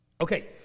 Okay